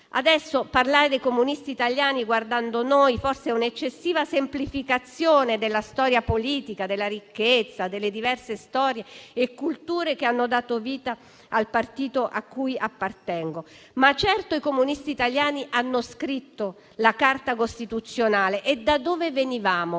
Adesso, parlare di comunisti italiani guardando noi forse è un'eccessiva semplificazione della storia politica, della ricchezza e delle diverse storie e culture che hanno dato vita al partito a cui appartengo. Di certo, però, i comunisti italiani hanno scritto la Carta costituzionale. Occorre